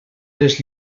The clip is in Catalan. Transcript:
les